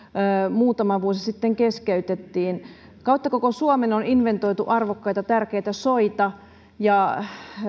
muutama vuosi sitten keskeytettiin kautta koko suomen on inventoitu arvokkaita tärkeitä soita ja